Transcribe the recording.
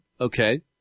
Okay